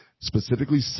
specifically